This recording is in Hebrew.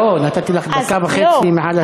לא, נתתי לך דקה וחצי מעל הזמן.